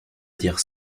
dire